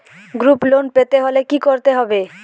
Group loan পেতে হলে কি করতে হবে?